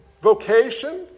vocation